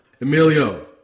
Emilio